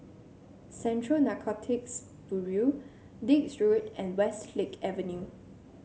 Central Narcotics Bureau Dix Road and Westlake Avenue